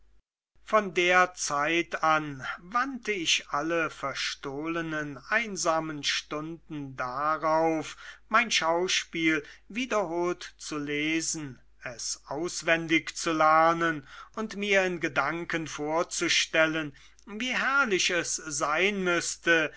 von der zeit an wandte ich alle verstohlenen einsamen stunden darauf mein schauspiel wiederholt zu lesen es auswendig zu lernen und mir in gedanken vorzustellen wie herrlich es sein müßte